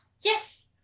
Yes